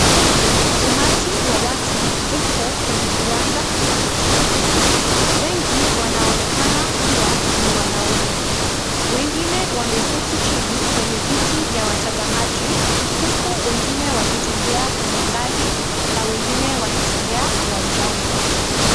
Umati wa watu uko kwenye uwanja wa michezo. Wengi wanaonekana kuwa ni wanaume. Wengine wameketi chini kwenye viti vya watazamaji huku wengine wakitembea kwenye ngazi na wengine wakitembea uwanjani.